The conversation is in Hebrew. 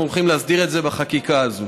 אנחנו הולכים להסדיר אותם בחקיקה הזאת.